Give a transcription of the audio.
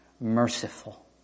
merciful